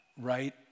right